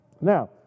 Now